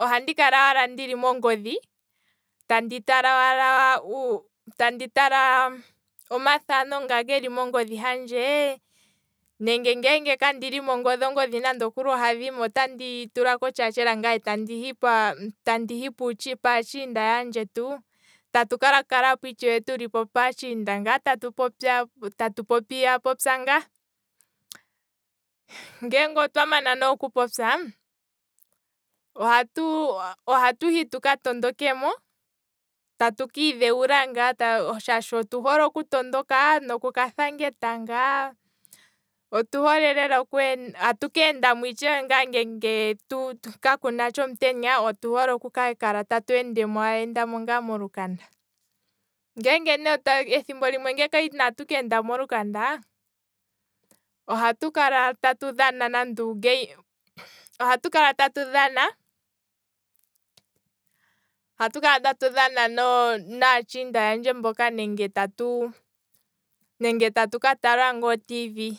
ohandi kala wala ndili mongodhi, tandi tala tandi tala omathano nga geli mongodhi handje, nenge ngele kandina ongodhi hapwa, otandi hi fala kotshaatshela ngaye tandi hi paatshinda yaandjetu, tatu ka- kalapo ngaa tuli paatshinda tatu popyapopya ngaa, ngeenge otwa mana ne okupopya. ohatu ohatu hi tuka tondo kemo, tatu kiidhewula ngaa shashi otu hole oku tondoka noku kathanga etanga, otu hole lela okwee, atu keendamo itshewe ngeenge ka kunatsha omutenya, otu hole oku kala tatu enda endamo ngaa molukanda, ngeenge ne ethimbo limwe ngeenge inatukeenda molukanda, ohatu kalatatu dhana nande uugame, ohatu kala tatu dhana, naatshinda yandje mboka nenge tatu nenge tatu katala nga otv.